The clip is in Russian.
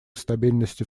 стабильности